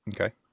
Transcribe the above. Okay